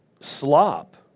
Slop